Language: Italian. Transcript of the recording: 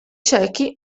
ciechi